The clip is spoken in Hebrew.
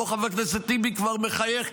חבר הכנסת טיבי כבר מחייך,